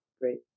Great